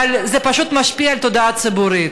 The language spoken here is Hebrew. אבל זה פשוט משפיע על התודעה הציבורית,